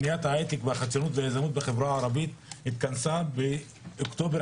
החדשנות והיזמות בחברה הערבית התכנסה באוקטובר